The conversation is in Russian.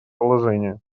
положения